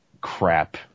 crap